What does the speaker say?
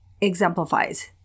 exemplifies